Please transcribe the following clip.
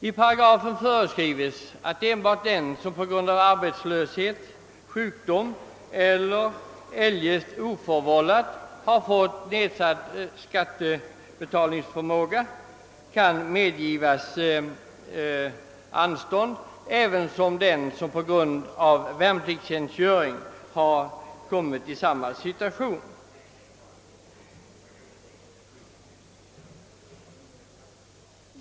I paragrafen föreskrivs att enbart den som på grund av arbetslöshet, sjukdom eller eljest oförvållat fått nedsatt skattebetalningsförmåga kan medges anstånd, liksom den som på grund av värnpliktstjänstgöring kommit i denna situation.